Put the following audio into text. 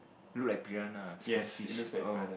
look like piranha ah stonefish oh